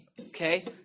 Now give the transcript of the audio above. Okay